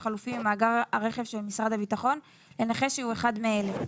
חלופי ממאגר הרכב של משרד הביטחון לנכה שהוא אחד מאלה: